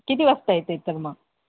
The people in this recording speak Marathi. किती वाजता येते तर मग